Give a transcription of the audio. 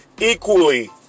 equally